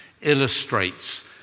illustrates